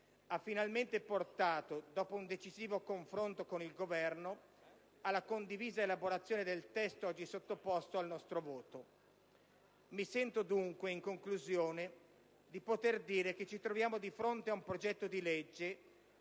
ha finalmente portato, dopo un decisivo confronto con il Governo, alla condivisa elaborazione del testo oggi sottoposto al nostro voto. Mi sento, dunque, in conclusione di dire che ci troviamo di fronte ad un disegno di legge